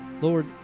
Lord